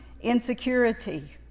insecurity